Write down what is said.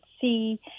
see